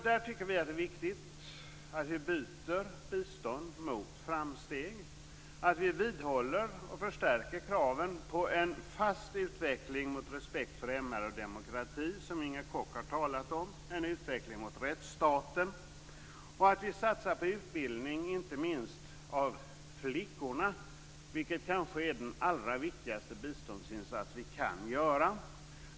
Där tycker vi att det är viktigt att vi byter bistånd mot framsteg. Vi skall, som Inger Koch har talat om, vidhålla och förstärka kraven på en fast utveckling mot respekt för MR och demokrati, mot rättsstaten. Vi skall satsa på utbildning, inte minst av flickorna, vilket kanske är den allra viktigaste biståndsinsats vi kan göra.